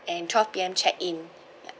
and twelve P_M check in ya